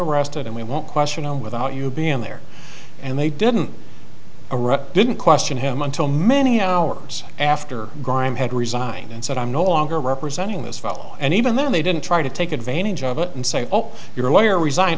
arrested and we won't question on without you being there and they didn't arrest didn't question him until many hours after grime had resigned and said i'm no longer representing this fellow and even then they didn't try to take advantage of it and say oh you're a lawyer resign